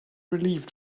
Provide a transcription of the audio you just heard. relieved